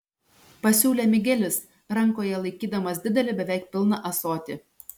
pasiūlė migelis rankoje laikydamas didelį beveik pilną ąsotį